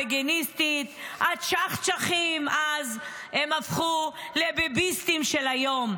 הבגיניסטים הצ'חצ'חים הפכו לביביסטים של היום.